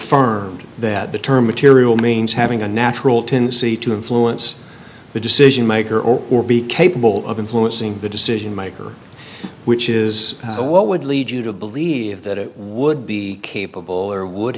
affirmed that the term material means having a natural tendency to influence the decision maker or be capable of influencing the decision maker which is what would lead you to believe that it would be capable or would